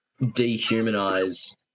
dehumanize